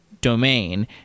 domain